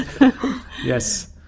yes